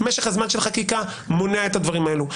משך הזמן של חקיקה מונע את הדברים האלה.